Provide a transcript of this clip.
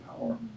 power